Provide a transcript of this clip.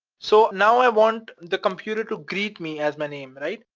so now i want the computer to greet me as my name, right?